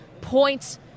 points